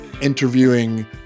interviewing